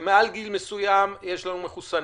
ומעל גיל מסוים יש לנו מחוסנים,